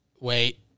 Wait